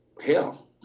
hell